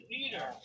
Peter